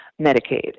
Medicaid